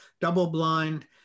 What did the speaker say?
double-blind